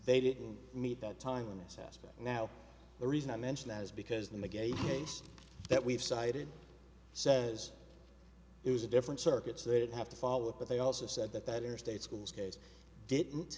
they didn't meet that time in this aspect now the reason i mention that is because in the game case that we've cited says it was a different circuits they'd have to follow it but they also said that that or state schools case didn't